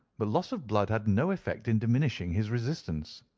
but loss of blood had no effect in diminishing his resistance.